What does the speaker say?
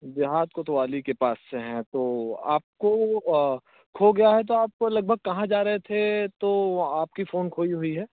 जहाद कोतवाली के पास से है तो आपको खो गया है तो आपको लगभग कहाँ जा रहे थे तो आपकी फ़ोन खोई हुई है